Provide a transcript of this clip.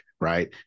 right